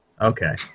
Okay